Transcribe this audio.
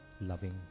loving